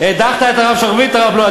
הדחת את הרב שרביט ואת הרב בלוי.